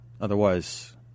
Otherwise